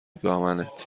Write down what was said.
دامنت